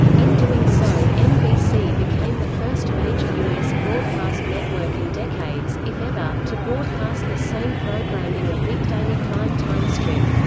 in doing so, nbc became the first major u s. broadcast network in decades, if ever, to broadcast the same program in a weekdaily prime time strip.